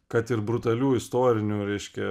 kad ir brutalių istorinių reiškia